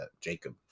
Jacob